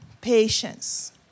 patience